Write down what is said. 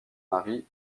mary